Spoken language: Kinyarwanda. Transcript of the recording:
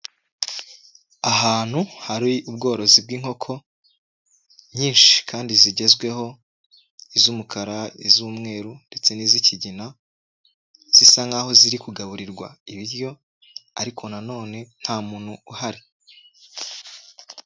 Ahantu hari ubworozi bw'inkoko nyinshi kandi zigezweho, iz'umukara, iz'umweru ndetse n'izikigina zisa nk'aho ziri kugaburirwa ibiryo ariko na none nta muntu uhari.